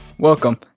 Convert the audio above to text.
Welcome